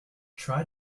try